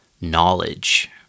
knowledge